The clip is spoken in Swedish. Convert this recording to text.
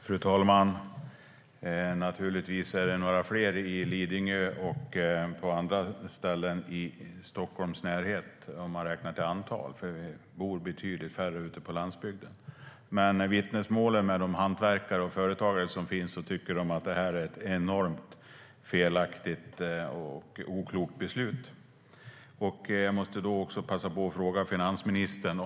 Fru talman! Naturligtvis är det några fler i Lidingö och på andra ställen i Stockholms närhet om man räknar till antal. Det bor nämligen betydligt färre ute på landsbygden. De vittnesmål som finns från hantverkare och företagare visar dock att de tycker att det är ett enormt felaktigt och oklokt beslut. Jag måste passa på att fråga finansministern en sak.